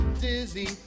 dizzy